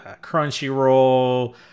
crunchyroll